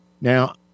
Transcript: Now